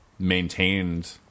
maintained